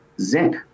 Zinc